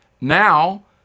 Now